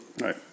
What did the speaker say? Right